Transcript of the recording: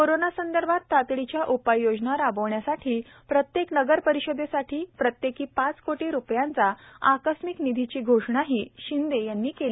कोरोनासंदर्भात तातडीच्या उपाययोजना राबवण्यासाठी प्रत्येक नगर परिषदेसाठी प्रत्येकी पाच कोटी रूपयांचा आकस्मिक निधीची घोषणाही शिंदे यांनी यावेळी केली